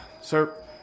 Sir